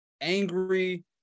angry